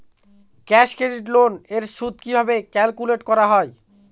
Cash credit loan এর সুদ কিভাবে ক্যালকুলেট করা হয়?